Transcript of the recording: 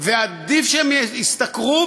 ועדיף שהם ישתכרו,